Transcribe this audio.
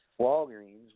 Walgreens